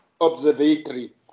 Observatory